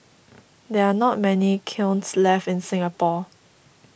there are not many kilns left in Singapore